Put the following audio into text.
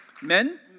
Men